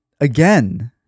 again